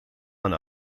mijn